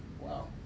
Wow